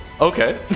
Okay